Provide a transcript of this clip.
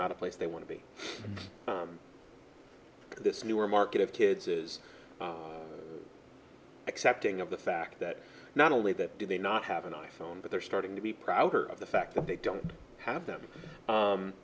not a place they want to be this newer market of kids is accepting of the fact that not only that do they not have an i phone but they're starting to be prouder of the fact that they don't have them